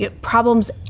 problems